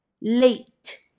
late